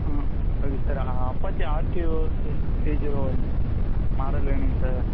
ம் okay sir Apache RTO இது three zero one model வேணுங்க சார்